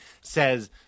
says